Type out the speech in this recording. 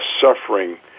suffering